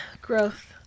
growth